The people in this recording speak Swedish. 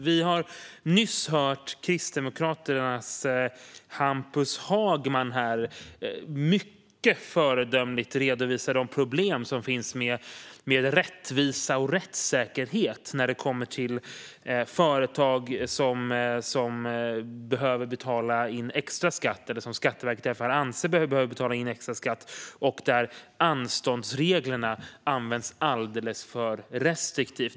Vi hörde nyss Kristdemokraternas Hampus Hagman mycket föredömligt redovisa de problem som finns med rättvisa och rättssäkerhet när det gäller företag som måste betala in extra skatt eller som Skatteverket i varje fall anser behöver betala in extra skatt. Han talade också om hur anståndsreglerna används alldeles för restriktivt.